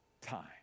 time